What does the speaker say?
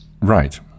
Right